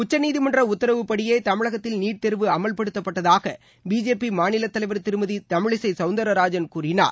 உச்சநீதிமன்ற உத்தரவுப்படியே தமிழகத்தில் நீட் தேர்வு அமல்படுத்தப்பட்டதாக பிஜேபி மாநிலத் தலைவர் திருமதி தமிழிசை சவுந்தரராஜன் கூறியுள்ளார்